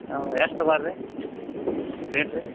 ಹಾಂ ಎಷ್ಟು ತೊಗೋರ್ರಿ ರೇಟ್ ರೀ